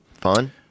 Fun